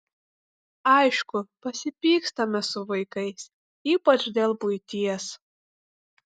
aišku pasipykstame su vaikais ypač dėl buities